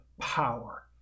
power